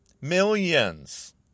Millions